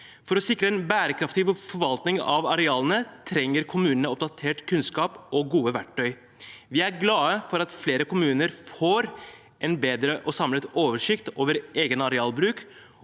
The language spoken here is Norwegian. For å sikre en bærekraftig forvaltning av arealene trenger kommune ne oppdatert kunnskap og gode verktøy. Vi er glad for at flere kommuner får en bedre og samlet oversikt over egen arealbruk